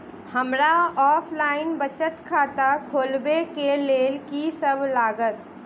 हमरा ऑफलाइन बचत खाता खोलाबै केँ लेल की सब लागत?